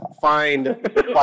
find